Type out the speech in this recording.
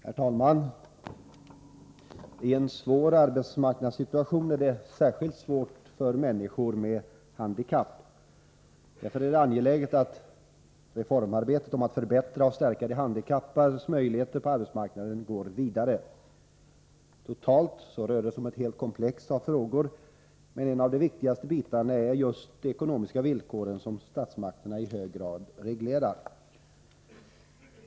Herr talman! I en hård arbetsmarknadssituation är det särskilt svårt för människor med handikapp. Därför är det angeläget att reformarbetet med att förbättra och stärka de handikappades möjligheter på arbetsmarknaden går vidare. Totalt sett rör det sig om ett helt komplex av frågor, men en av de viktigaste bitarna är just de ekonomiska villkoren, som statsmakterna i hög grad reglerar.